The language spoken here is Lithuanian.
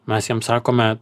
mes jiem sakome